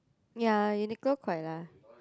ya Uniqlo quite lah